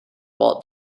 walt